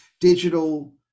digital